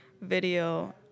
video